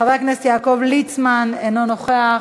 חבר הכנסת יעקב ליצמן, אינו נוכח.